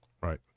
Right